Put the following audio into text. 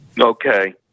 Okay